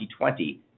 2020